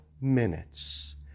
minutes